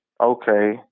okay